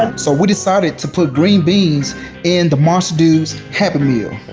um so we decided to put green beans in the monster dude's happy meal.